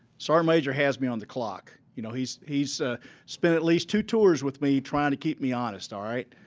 sergeant major has me on the clock. you know he's he's spent at least two tours with me trying to keep me honest, all right?